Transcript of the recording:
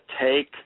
take